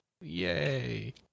Yay